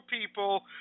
people